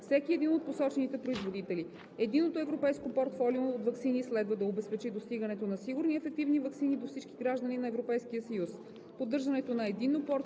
всеки един от посочените производители. Единното европейско портфолио от ваксини следва да обезпечи достигането на сигурни и ефективни ваксини до всички граждани на Европейския съюз.